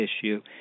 issue